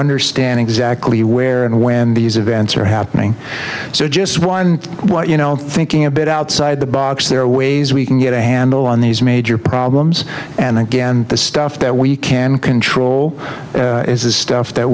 understand exactly where and when these events are happening so just one what you know thinking a bit outside the box there are ways we can get a handle on these major problems and again the stuff that we can control is the stuff that